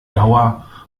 dauer